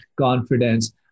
confidence